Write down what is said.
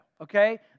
okay